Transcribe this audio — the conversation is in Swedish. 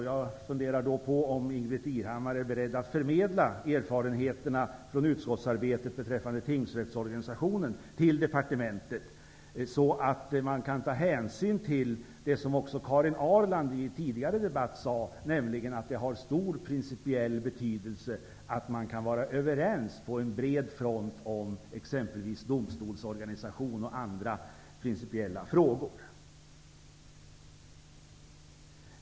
Jag funderar då på om Ingbritt Irhammar är beredd att förmedla erfarenheterna från utskottsarbetet beträffande tingsrättsorganisationen till departementet, så att man kan ta hänsyn till det som också Karin Ahrland sade i en tidigare debatt, nämligen att det har stor principiell betydelse att man kan vara överens på en bred front om exempelvis domstolsorganisation och andra principiella frågor.